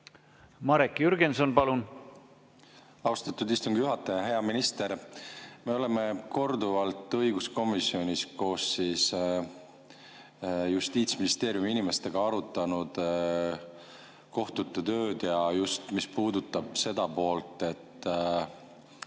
Marek Jürgenson, palun! Austatud istungi juhataja! Hea minister! Me oleme korduvalt õiguskomisjonis koos Justiitsministeeriumi inimestega arutanud kohtute tööd ja just [seda,] mis puudutab palku